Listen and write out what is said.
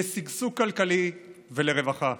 לשגשוג כלכלי ולרווחה.